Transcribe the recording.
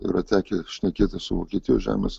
yra tekę šnekėtis su vokietijos žemės